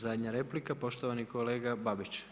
I zadnje replika, poštovani kolega Babić.